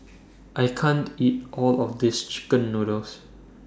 I can't eat All of This Chicken Noodles